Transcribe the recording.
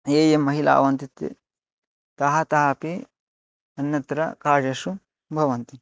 ये ये महिलाः भवन्ति ते ताः ताः अपि अन्यत्र कार्येषु भवन्ति